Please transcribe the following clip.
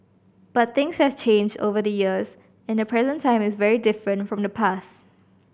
but things have changed over the years and the present time is very different from the past